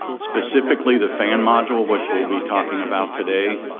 specifically the fan module, which we'll be talking about today,